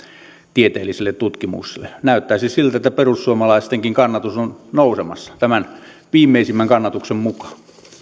tieteelliselle tutkimukselle näyttäisi siltä että perussuomalaistenkin kannatus on nousemassa tämän viimeisimmän kannatuksen mukaan